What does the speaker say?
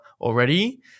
already